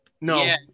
No